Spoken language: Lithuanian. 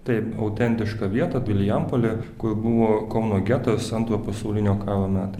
taip autentiška vieta vilijampolė kur buvo kauno getas antrojo pasaulinio karo metai